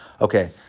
Okay